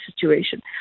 situation